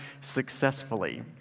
successfully